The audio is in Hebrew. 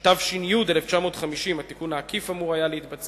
התש"י 1950: התיקון העקיף אמור היה להתבצע